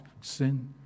sin